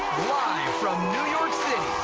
live from new york city,